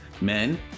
men